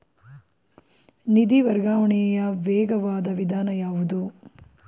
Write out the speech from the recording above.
ನಿಧಿ ವರ್ಗಾವಣೆಯ ವೇಗವಾದ ವಿಧಾನ ಯಾವುದು?